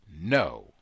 no